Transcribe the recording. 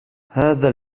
هذا